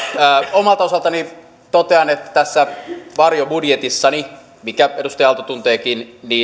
omalta osaltani totean että tässä varjobudjetissani minkä edustaja aalto tunteekin